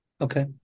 Okay